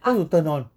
how to turn on